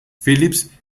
phillips